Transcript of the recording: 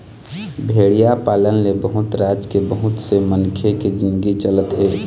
भेड़िया पालन ले बहुत राज के बहुत से मनखे के जिनगी चलत हे